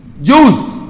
Jews